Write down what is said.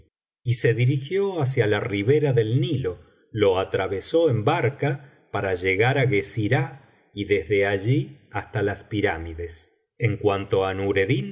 y se dirigió hacia la ribera del nilo lo atravesó en barca para llegar á guesirah y desde allí hasta las pirámides en cuanto á